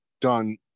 done